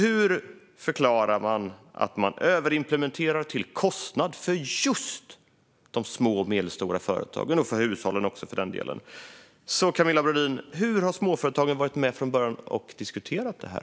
Hur förklarar man att man överimplementerar till en kostnad för just de små och medelstora företagen och för hushållen också för den delen? Hur, Camilla Brodin, har småföretagen varit med från början och diskuterat det här?